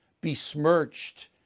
besmirched